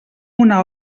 una